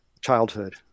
childhood